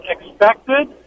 expected